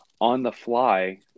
on-the-fly